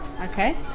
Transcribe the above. Okay